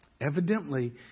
Evidently